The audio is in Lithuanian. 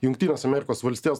jungtinės amerikos valstijos